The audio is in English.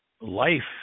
life